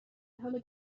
حال